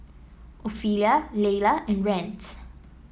Ophelia Leila and Rance